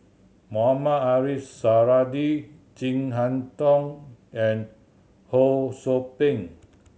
Mohamed Ariff Suradi Chin Harn Tong and Ho Sou Ping